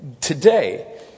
Today